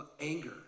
Anger